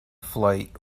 flight